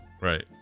Right